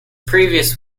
previous